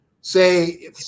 say